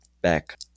back